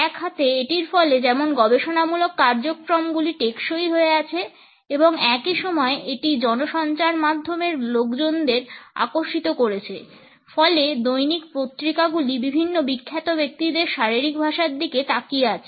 এক হাতে এটির ফলে যেমন গবেষণামূলক কার্যক্রমগুলি টেকসই হয়ে আছে এবং একই সময়ে এটি জনসঞ্চার মাধ্যমের লোকজনদের আকর্ষিত করছে ফলে দৈনিক পত্রিকাগুলি বিভিন্ন বিখ্যাত ব্যক্তিদের শারীরিক ভাষার দিকে তাকিয়ে আছে